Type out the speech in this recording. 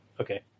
Okay